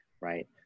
right